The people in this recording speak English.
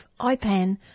IPAN